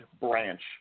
branch